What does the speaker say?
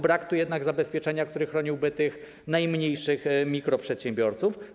Brak tu jednak zabezpieczenia, które chroniłoby tych najmniejszych, mikroprzedsiębiorców.